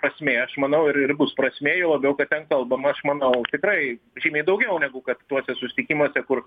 prasmė aš manau ir ir bus prasmė juo labiau kad ten kalbama aš manau tikrai žymiai daugiau negu kad tuose susitikimuose kur